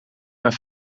mijn